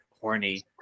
horny